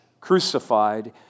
crucified